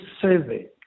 survey